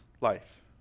life